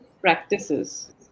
practices